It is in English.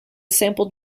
sampled